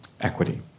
equity